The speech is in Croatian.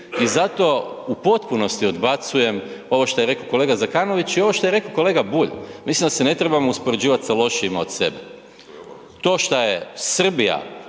I zato u potpunosti odbacujem ovo što je rekao kolega Zekanović i ovo što je rekao kolega Bulj, mislim da se ne trebamo uspoređivati sa lošijima od sebe. To što je Srbija